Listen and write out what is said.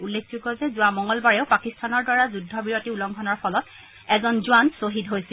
উল্লেখযোগ্য যে যোৱা মঙলবাৰেও পাকিস্তানৰ দ্বাৰা যুদ্ধবিৰতি উলংঘনৰ ফলত এজন জোৱান শ্বহীদ হৈছিল